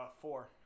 four